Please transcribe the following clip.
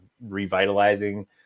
revitalizing